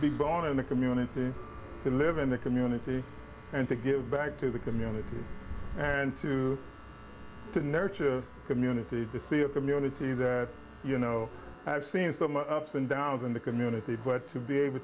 be born in the community to live in the community and to give back to the community and to nurture community to see a community that you know i've seen some ups and downs in the community but to be able